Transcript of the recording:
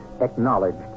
acknowledged